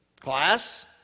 Class